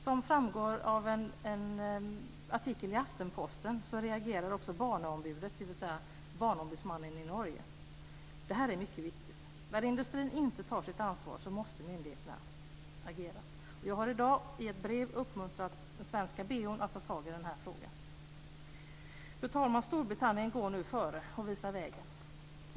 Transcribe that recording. Som framgår av en artikel i Aftenposten reagerar också Barneombudet, dvs. Barnombudsmannen i Norge. Det här är mycket viktigt. När industrin inte tar sitt ansvar måste myndigheterna agera. Jag har i dag i ett brev uppmuntrat Sveriges BO att ta tag i den här frågan. Fru talman! Storbritannien går nu före och visar vägen.